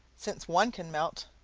since one can melt,